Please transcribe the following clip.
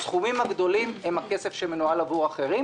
הסכומים הגדולים הם הכסף שמנוהל עבור אחרים,